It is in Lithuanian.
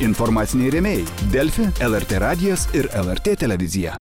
informaciniai rėmėjai delfi lrt radijas ir lrt televizija